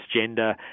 gender